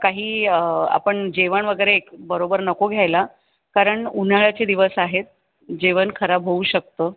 काही आपण जेवण वगैरे बरोबर नको घ्यायला कारण उन्हाळ्याचे दिवस आहेत जेवण खराब होऊ शकतं